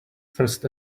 first